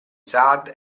saad